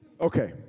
Okay